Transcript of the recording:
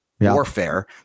warfare